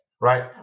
right